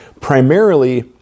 Primarily